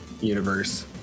universe